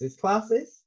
classes